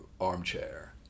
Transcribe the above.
armchair